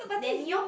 nanny orh